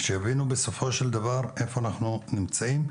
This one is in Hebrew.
שיבינו בסופו של דבר איפה אנחנו נמצאים.